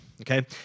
okay